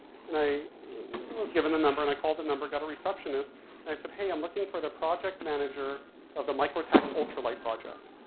and i was given the number. and i called the number and got a receptionist and i said, hey, i'm looking for the project manager of the microtek ultralight project.